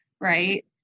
Right